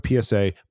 psa